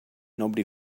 nobody